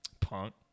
Punk